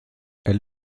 elle